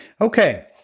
Okay